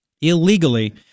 Illegally